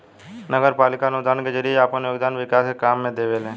नगरपालिका अनुदान के जरिए आपन योगदान विकास के काम में देवेले